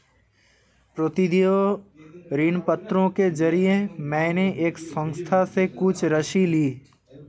प्रतिदेय ऋणपत्रों के जरिये मैंने एक संस्था से कुछ राशि ली